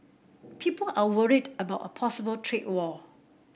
people are worried about a possible trade war